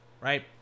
right